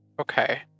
Okay